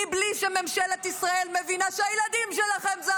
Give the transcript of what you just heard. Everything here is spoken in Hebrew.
מבלי שממשלת ישראל מבינה שהילדים שלכם זו